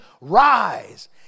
Rise